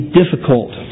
difficult